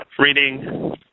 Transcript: reading